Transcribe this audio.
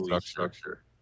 structure